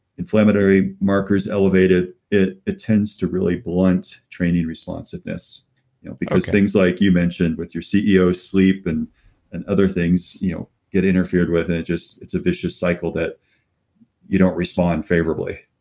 inflammatory markers elevated, it attends to really blunt training responsiveness you know because things like you mentioned with your ceo sleep and and other things get interfered with, and it just it's a vicious cycle that you don't respond favorably.